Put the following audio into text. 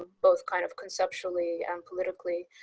ah both kind of conceptually and politically.